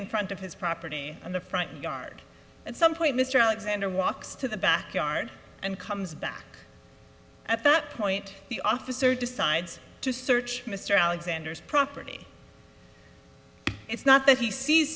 in front of his property and the front yard at some point mr alexander walks to the back yard and comes back at that point the officer decides to search mr alexander's property it's not that he sees